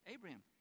Abraham